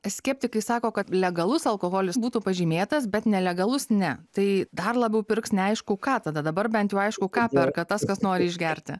skeptikai sako kad legalus alkoholis būtų pažymėtas bet nelegalus ne tai dar labiau pirks neaišku ką tada dabar bent jau aišku ką perka tas kas nori išgerti